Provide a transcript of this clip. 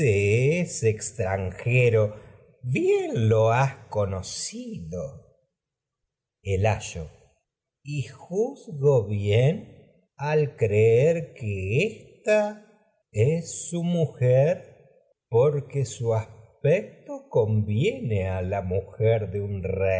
es extranjero bien lo has conocido ayo y juzgo bien al creer que ésta es su mu aspecto conviene a la mujer de un es